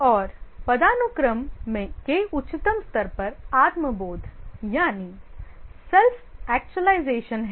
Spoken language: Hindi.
और पदानुक्रम के उच्चतम स्तर पर आत्म बोध यानी self actualization है